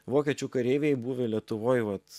vokiečių kareiviai buvę lietuvoj vat